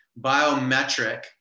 biometric